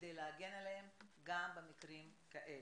כדי להגן עליהם גם במקרים כאלה.